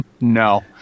No